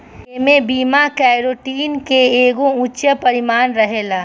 एमे beta carotene के एगो उच्च परिमाण रहेला